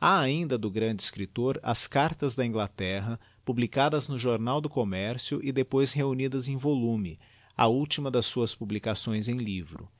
ha ainda do grande escriptor as cartas da inglaterra publicadas no jornal do commercio e depois reunidas em volume a ultima das suas publicações em livro